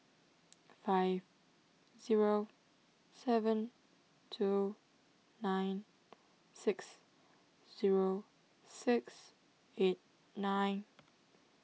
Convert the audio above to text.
five zero seven two nine six zero six eight nine